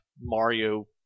Mario